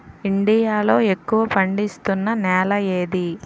India లో ఎక్కువ పండిస్తున్నా నేల ఏది?